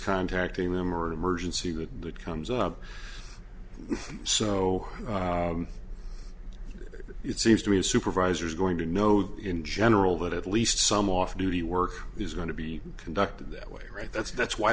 contacting them or an emergency that comes up so it seems to be a supervisor is going to know in general that at least some off duty work is going to be conducted that way right that's that's why